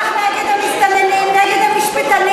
יש לך נגד המסתננים, נגד המשפטנים.